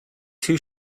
two